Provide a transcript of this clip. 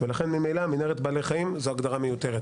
ולכן ממילא מנהרת בעלי חיים זו הגדרה מיותרת.